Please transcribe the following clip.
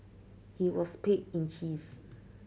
he was paid in cheese